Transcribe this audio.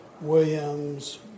Williams